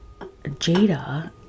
Jada